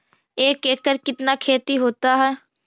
एक एकड़ कितना खेति होता है?